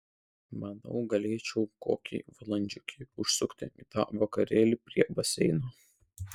manau galėčiau kokiai valandžiukei užsukti į tą vakarėlį prie baseino